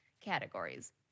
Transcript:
categories